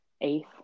eighth